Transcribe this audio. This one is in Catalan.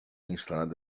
instal·lat